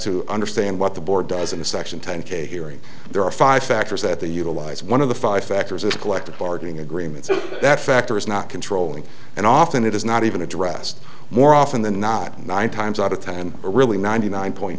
to understand what the board does in the section ten k hearing there are five factors that they utilize one of the five factors is collective bargaining agreement so that factor is not controlling and often it is not even addressed more often than not and nine times out of ten are really ninety nine point